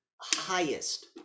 highest